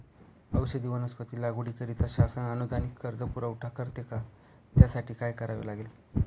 औषधी वनस्पती लागवडीकरिता शासन अनुदानित कर्ज पुरवठा करते का? त्यासाठी काय करावे लागेल?